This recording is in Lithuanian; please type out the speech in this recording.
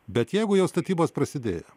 bet jeigu jau statybos prasidėjo